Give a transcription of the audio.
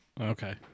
Okay